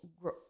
grow